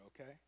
okay